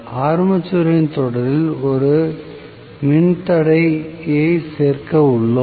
ஆர்மேச்சரின் தொடரில் ஒரு மின் தடையை சேர்க்க உள்ளோம்